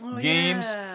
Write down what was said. games